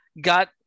got